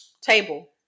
table